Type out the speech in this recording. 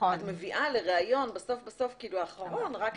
את מביאה לריאיון אחרון רק שמונה.